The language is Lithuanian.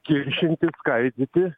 kiršinti skaidyti